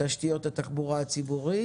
תשתיות התחבורה הציבורית